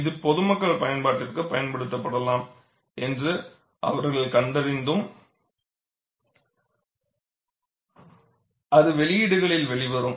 இது பொதுமக்கள் பயன்பாட்டிற்கு பயன்படுத்தப்படலாம் என்று அவர்கள் கண்டறிந்ததும் அது வெளியீடுகளில் வெளிவரும்